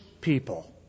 people